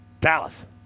Dallas